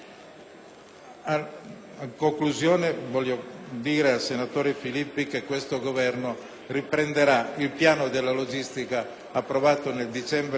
In conclusione, vorrei dire al senatore Filippi che questo Governo riprenderà il piano della logistica approvato all'inizio del 2006